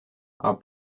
are